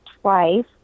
twice